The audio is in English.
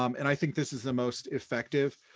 um and i think this is the most effective.